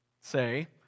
say